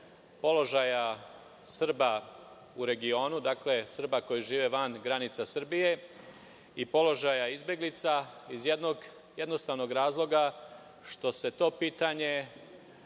položaja Srba u regionu, Srba koji žive van granica Srbije i položaja izbeglica, iz jednog jednostavnog razloga što se to pitanje